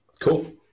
cool